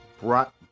brought